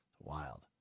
Wild